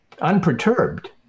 unperturbed